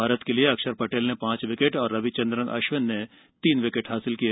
भारत के लिए अक्षर पटेल ने पांच विकेट और रविचन्द्रन अश्विन ने तीन विकेट हासिल किए